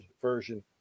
version